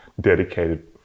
dedicated